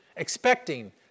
expecting